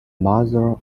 mother